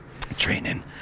Training